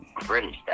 British